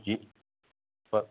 जी हा